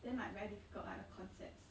then like very difficult like the concepts